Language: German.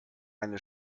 eine